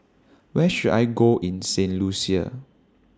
Where should I Go in Saint Lucia